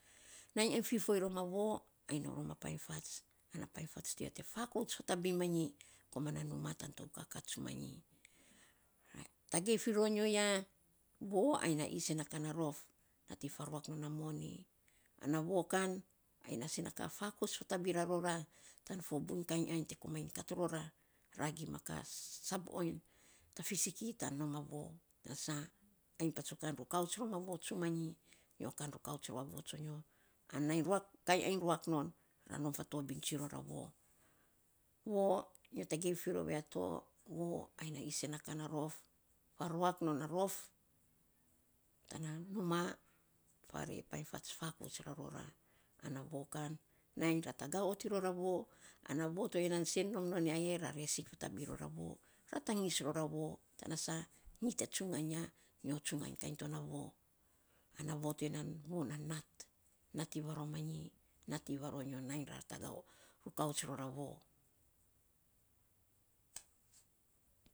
Nainy ainy fifoiny rom a voo, ainy nom rom a painy fats. Ana painy fats ti ya te fakouts fatabin ma nyi komana numa tan tou kaka tsumanyi. Tagei fi ro nyo ya voo ai na isen na ka na rof. Nating farouk on a money. Ana voo kan ai na sen na ka fakouts fatabin ra roar, tan fobuiny kain ainy te komainy kat ro ra, ra gima sab sab oiny ta fasiki tan nom na voo. Tana sa, ainy patsukan rukouts ror a voo tsumanyi, nyo kan rukouts rou a voo tsoiny nya. An nainy kainy ainy ruak non ra fatabin tsun ror a voo, voo nyo tagei fi rou ya to voo ai na isen na ka faruak non a rof, tana numa, farei painy fats fakouts ra ro ra. Ana voo kan, nainy ra toga otiny ror a voo, ana voo to ya nan sei nom non ya e ra resik fatbin ror a voo. Ra tangis ror a voo, tana sa nyi te tsu ngainy ya voo na nat. Nating va romangi, nating va ro nyo. Naing rukouts ror a voo.